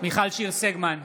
מיכל שיר סגמן,